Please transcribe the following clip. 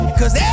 cause